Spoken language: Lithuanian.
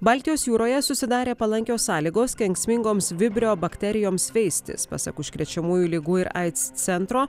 baltijos jūroje susidarė palankios sąlygos kenksmingoms vibrio bakterijoms veistis pasak užkrečiamųjų ligų ir aids centro